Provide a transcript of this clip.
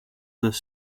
this